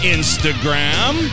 Instagram